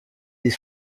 des